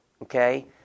Okay